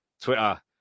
Twitter